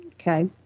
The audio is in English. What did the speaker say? Okay